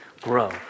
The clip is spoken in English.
grow